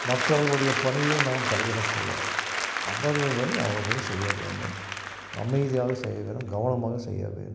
மற்றவர்களுடைய பணியில் நாம் தலையிடக்கூடாது அவர்கள் வேலையை அவர்கள் செய்ய வேண்டும் அமைதியாகச் செய்ய வேண்டும் கவனமாகச் செய்ய வேண்டும்